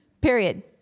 Period